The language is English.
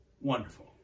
wonderful